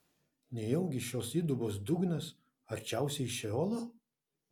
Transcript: nejaugi šios įdubos dugnas arčiausiai šeolo